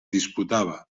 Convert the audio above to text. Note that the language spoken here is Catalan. disputava